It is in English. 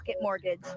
mortgage